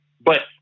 but-